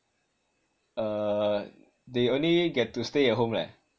uh they only get to stay at home leh